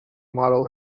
model